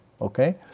okay